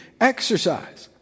exercise